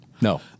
No